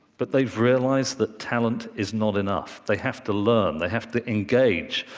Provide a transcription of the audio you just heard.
but they've realized that talent is not enough they have to learn, they have to engage,